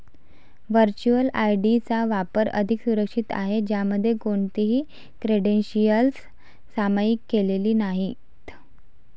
virtual ID चा वापर अधिक सुरक्षित आहे, ज्यामध्ये कोणतीही क्रेडेन्शियल्स सामायिक केलेली नाहीत